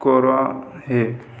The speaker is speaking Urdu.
قورمہ ہے